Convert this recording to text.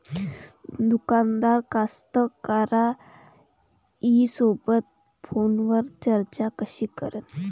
दुकानदार कास्तकाराइसोबत फोनवर चर्चा कशी करन?